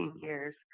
years